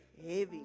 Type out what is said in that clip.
heavy